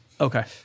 Okay